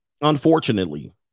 unfortunately